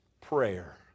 Prayer